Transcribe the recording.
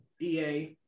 EA